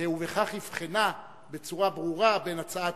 ובכך הבחינה בצורה ברורה בין הצעת